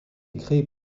créé